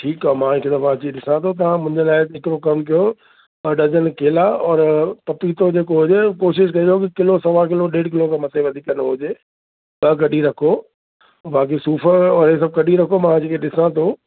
ठीकु आहे मां हिकु दफ़ो अची ॾिसां थो तव्हां मुंहिंजे लाइ हिकिड़ो कमु कियो ॿ डज़न केला और पपीतो जेको हुजे कोशिशि कजो के किलो सवा किलो ॾेढु किलो खां मथे वधीक न हुजे तव्हां कढी रखो बाकी सूफ़ और हे सभु कढी रखो मां अची करे ॾिसां थो